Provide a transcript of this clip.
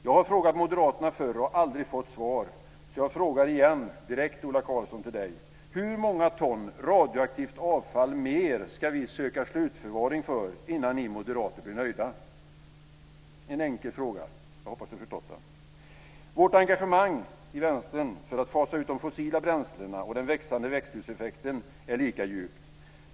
Jag har frågat moderaterna förr och aldrig fått svar, så jag frågar igen, direkt till Ola Karlsson: Hur många ton radioaktivt avfall mer ska vi söka slutförvaring för innan ni moderater blir nöjda? En enkel fråga - jag hoppas du har förstått den. Vårt engagemang inom Vänstern för att fasa ut de fossila bränslena och den växande växthuseffekten är lika djupt.